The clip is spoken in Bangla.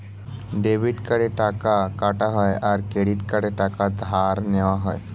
ডেবিট কার্ডে টাকা কাটা হয় আর ক্রেডিট কার্ডে টাকা ধার নেওয়া হয়